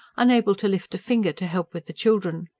unable to lift a finger to help with the children.